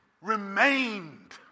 remained